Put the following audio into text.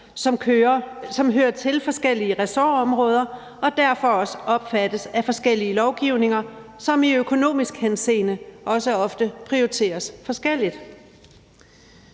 som hører til forskellige ressortområder og derfor også omfattes af forskellige lovgivninger, som i økonomisk henseende også ofte prioriteres forskelligt.